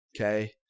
Okay